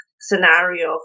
scenario